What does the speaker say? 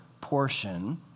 portion